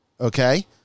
Okay